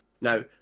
Now